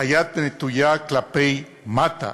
היד נטויה כלפי מטה.